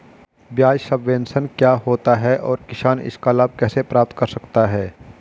ब्याज सबवेंशन क्या है और किसान इसका लाभ कैसे प्राप्त कर सकता है?